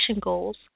goals